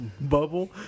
bubble